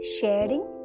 sharing